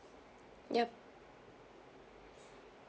yup